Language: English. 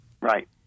Right